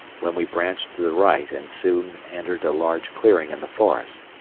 when we branched to the right and soon entered a large clearing in the forest,